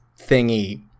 thingy